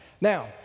Now